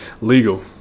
legal